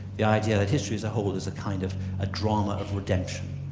the idea that history as a whole is a kind of a drama of redemption.